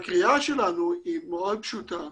הקריאה שלנו מאוד פשוטה,